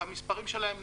שהמספרים שלהם נחסמים.